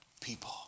people